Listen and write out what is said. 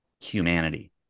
humanity